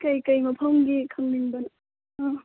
ꯀꯩ ꯀꯩ ꯃꯐꯝꯒꯤ ꯈꯪꯅꯤꯡꯕꯅꯣ ꯑꯥ